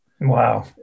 Wow